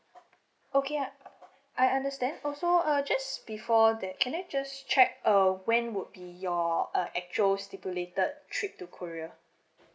okay I I understand also uh just before that can I just check uh when would be your uh actual stipulated trip to korea